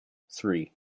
three